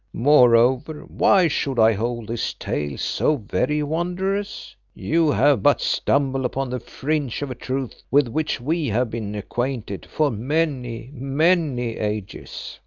moreover, why should i hold this tale so very wondrous? you have but stumbled upon the fringe of a truth with which we have been acquainted for many, many ages.